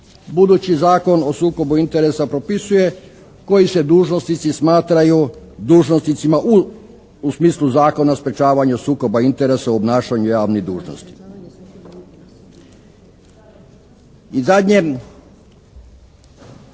budući Zakon o sukobu interesa propisuje koji se dužnosnici smatraju dužnosnicima u smislu Zakona o sprečavanju sukoba interesa u obnašanju javnih dužnosti. I zadnje,